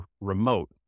remote